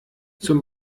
zum